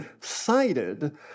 cited